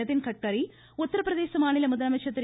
நிதின்கட்காரி உத்திரபிரதேச மாநில முதலமைச்சர் திரு